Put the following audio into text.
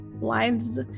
lives